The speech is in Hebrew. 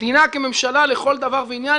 דינה כממשלה לכל דבר ועניין,